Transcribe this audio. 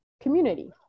community